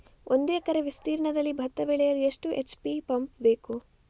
ಒಂದುಎಕರೆ ವಿಸ್ತೀರ್ಣದಲ್ಲಿ ಭತ್ತ ಬೆಳೆಯಲು ಎಷ್ಟು ಎಚ್.ಪಿ ಪಂಪ್ ಬೇಕು?